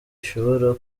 ishobora